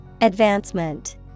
Advancement